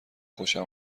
خوشم